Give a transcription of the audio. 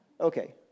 Okay